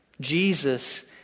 Jesus